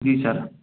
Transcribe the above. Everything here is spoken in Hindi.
जी सर